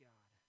God